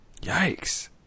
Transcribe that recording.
Yikes